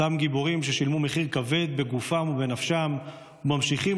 אותם גיבורים ששילמו מחיר כבד בגופם ובנפשם וממשיכים